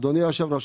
אדוני יושב הראש,